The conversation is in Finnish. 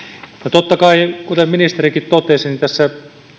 totta kai kuten ministerikin totesi tässä